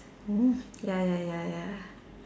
mm ya ya ya ya